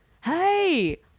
hey